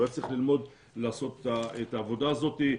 הוא היה צריך ללמוד לעשות את העבודה הזאת,